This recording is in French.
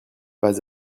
pas